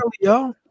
yo